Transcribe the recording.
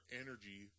energy